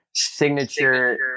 signature